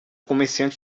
comerciante